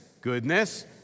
goodness